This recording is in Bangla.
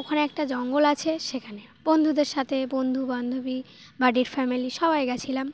ওখানে একটা জঙ্গল আছে সেখানে বন্ধুদের সাথে বন্ধু বান্ধবী বাড়ির ফ্যামিলি সবাই গিয়েছিলাম